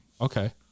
okay